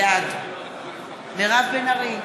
בעד מירב בן ארי,